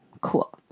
Cool